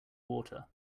water